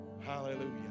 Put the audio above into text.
Hallelujah